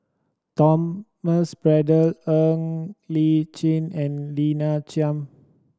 Thomas Braddell Ng Li Chin and Lina Chiam